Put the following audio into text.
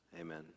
Amen